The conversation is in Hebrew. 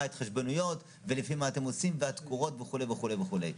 ההתחשבנויות ולפי מה אתם עושים והתקורות וכו' וכו' וכו'.